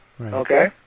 okay